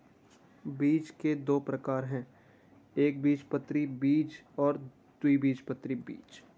बीज के दो प्रकार है एकबीजपत्री बीज और द्विबीजपत्री बीज